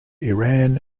iran